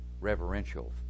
reverential